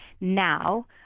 now